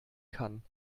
kann